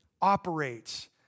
operates